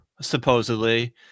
supposedly